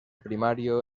primario